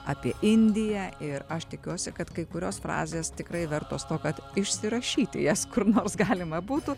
apie indiją ir aš tikiuosi kad kai kurios frazės tikrai vertos to kad išsirašyti jas kur nors galima būtų